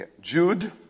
Jude